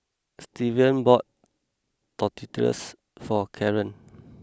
Stevan bought Tortillas for Kaaren